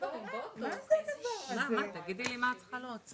לשנות את שיטת העבודה שלכם ולא לתת לכם לגבות